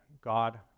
God